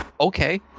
okay